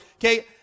Okay